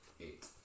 eight